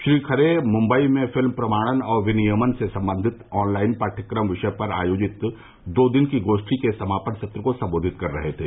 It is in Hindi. श्री खरे मुम्बई में फिल्म प्रमाणन और विनियमन से संबंधित ऑनलाइन पाठ्यक्रम विषय पर आयोजित दो दिन की गोष्ठी के समापन सत्र को सम्बोधित कर रहे थे